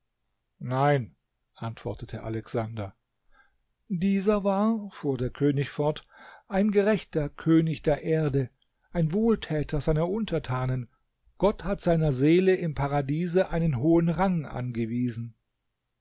nein antwortete alexander dieser war fuhr der könig fort ein gerechter könig der erde ein wohltäter seiner untertanen gott hat seiner seele im paradiese einen hohen rang angewiesen